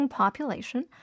population